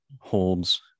holds